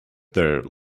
there